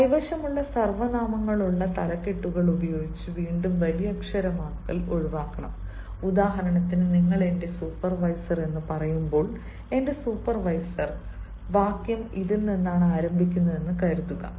കൈവശമുള്ള സർവ്വനാമങ്ങളുള്ള തലക്കെട്ടുകൾ ഉപയോഗിച്ച് വീണ്ടും വലിയക്ഷരമാക്കൽ ഒഴിവാക്കണം ഉദാഹരണത്തിന് നിങ്ങൾ എന്റെ സൂപ്പർവൈസർ എന്ന് പറയുമ്പോൾ എന്റെ സൂപ്പർവൈസർ വാക്യം ഇതിൽ നിന്നാണ് ആരംഭിക്കുന്നതെന്ന് കരുതുക